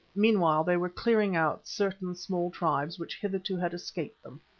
meanwhile they were cleaning out certain small tribes which hitherto had escaped them,